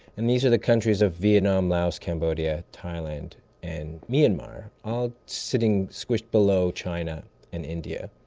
and these are the countries of vietnam, laos, cambodia, thailand and myanmar, all sitting squished below china and india.